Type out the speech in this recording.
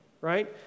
right